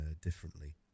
differently